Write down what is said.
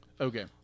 Okay